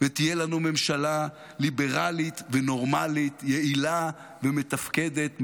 ותהיה לנו ממשלה ליברלית ונורמלית, יעילה ומתפקדת.